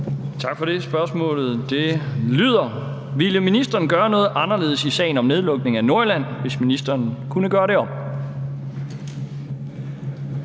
Tak for det. Spørgsmålet lyder: Ville ministeren gøre noget anderledes i sagen om nedlukningen af Nordjylland, hvis ministeren kunne gøre det om?